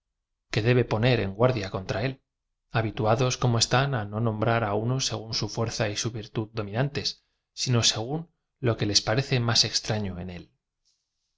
que debe poner en guardia contra él habituados como están á no nombrar á uno según su fuerza y so virtu d domi nantes sino según lo que lea parece más extraño en él